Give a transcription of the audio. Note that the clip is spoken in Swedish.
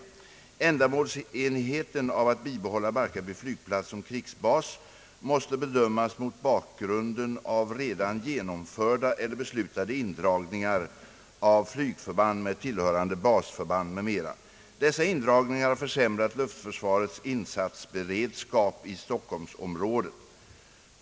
Ändamålsenligheten av att bibehålla Barkarby flygplats som krigsbas måste bedömas mot bakgrunden av redan genomförda eller beslutade indragningar av flygförband med tillhörande basförband m.m. Dessa indragningar har försämrat luftförsvarets insatsberedskap i stockholmsområdet.